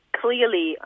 clearly